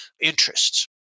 interests